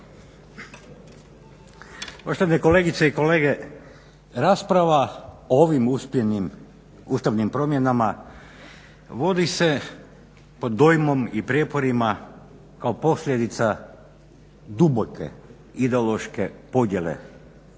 Poštovane kolegice i kolege. Rasprava o ovim ustavnim promjenama vodi se pod dojmom i prijeporima kao posljedica duboke ideološke podjele